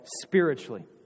spiritually